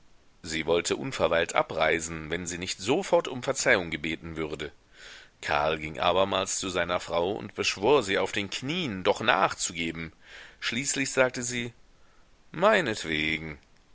sie wollte unverweilt abreisen wenn sie nicht sofort um verzeihung gebeten würde karl ging abermals zu seiner frau und beschwor sie auf den knien doch nachzugeben schließlich sagte sie meinetwegen